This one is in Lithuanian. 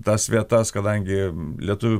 tas vietas kadangi lietuvių